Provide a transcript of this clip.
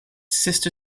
sister